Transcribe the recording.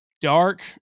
dark